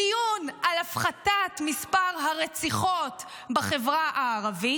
דיון על הפחתת מספר הרציחות בחברה הערבית,